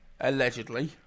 allegedly